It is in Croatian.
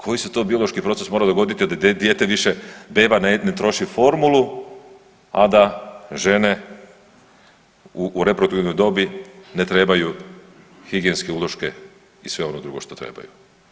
Koji se to biološki proces mora dogoditi a da dijete više, beba ne troši formulu, a da žene u reproduktivnoj dobi ne trebaju higijenske uloške i sve ono drugo što trebaju.